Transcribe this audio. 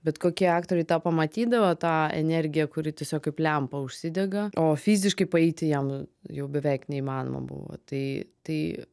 bet kokie aktoriai tą pamatydavo tą energiją kuri tiesiog kaip lempa užsidega o fiziškai paeiti jam jau beveik neįmanoma buvo tai tai